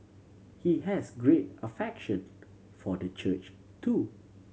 he has great affection for the church too